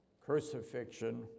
Crucifixion